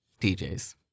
DJs